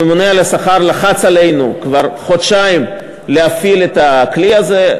הממונה על השכר לחץ עלינו כבר חודשיים להפעיל את הכלי הזה,